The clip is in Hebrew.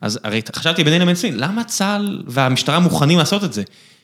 אז הרי חשבתי ביני ובין עצמי, למה צה״ל והמשטרה מוכנים לעשות את זה?